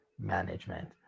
Management